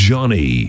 Johnny